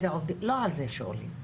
לא על זה שואלים.